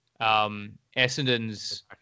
Essendon's